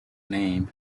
name